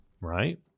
right